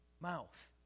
mouth